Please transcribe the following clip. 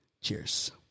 Cheers